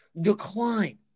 decline